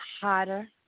hotter